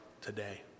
today